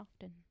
often